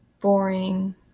boring